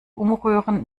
umrühren